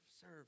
serve